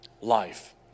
Life